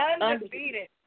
Undefeated